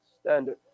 standard